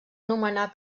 nomenar